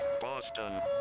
Boston